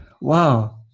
Wow